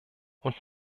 und